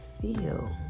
feel